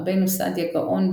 רבינו סעדיה גאון,